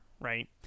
right